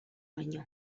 baino